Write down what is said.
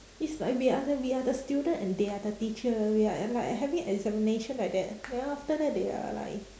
it's like we are the we are the student and they are the teacher we are like having examination like that then after that they are like